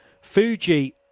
Fuji